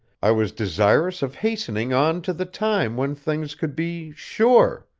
i was desirous of hastening on to the time when things could be sure!